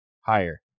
higher